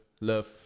love